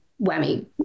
whammy